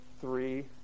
three